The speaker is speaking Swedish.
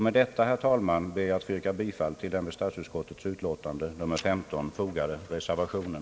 Med detta, herr talman, ber jag att få yrka bifall till den vid statsutskottets utlåtande nr 15 fogade reservationen.